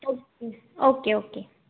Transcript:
okay okay okay